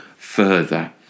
further